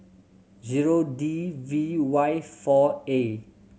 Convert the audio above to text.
zero D V Y four A